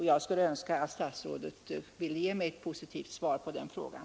Jag skulle önska att statsrådet ville ge mig ett positivt svar på den frågan.